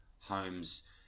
homes